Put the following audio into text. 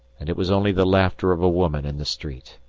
and it was only the laughter of a woman in the street.